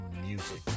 music